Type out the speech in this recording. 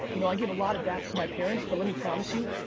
you know i give a lot of gaps to my parents, but let me promise you,